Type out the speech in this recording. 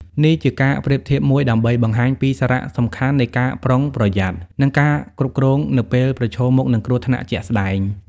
នេះជាការប្រៀបធៀបមួយដើម្បីបង្ហាញពីសារៈសំខាន់នៃការប្រុងប្រយ័ត្ន និងការគ្រប់គ្រងនៅពេលប្រឈមមុខនឹងគ្រោះថ្នាក់ជាក់ស្តែង។